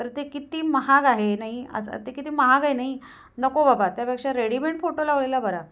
तर ते किती महाग आहे नाही असं ते किती महाग आहे नाही नको बाबा त्यापेक्षा रेडिमेड फोटो लावलेला बरा